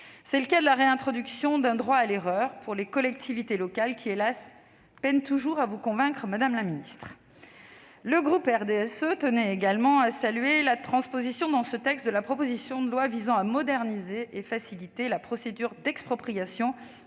C'est le cas de la réintroduction d'un droit à l'erreur pour les collectivités locales, qui, hélas ! peine toujours à vous convaincre, madame la ministre. Le groupe du RDSE tient également à saluer la transposition, dans ce texte, de la proposition de loi visant à moderniser et faciliter la procédure d'expropriation